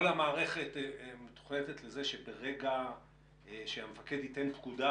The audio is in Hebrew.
כל המערכת מתוכנתת לזה שברגע שהמפקד ייתן פקודה,